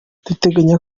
duteganya